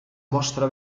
mostra